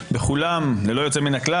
בכולן ללא יוצא מן הכלל,